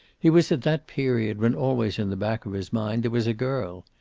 he was at that period when always in the back of his mind there was a girl.